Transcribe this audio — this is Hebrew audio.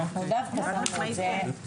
מכובדיי,